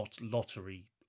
lottery